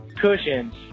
cushions